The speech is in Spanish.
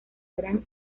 gran